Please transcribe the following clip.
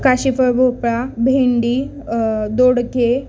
काशीफळ भोपळा भेंडी दोडके